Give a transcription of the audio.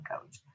coach